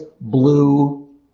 blue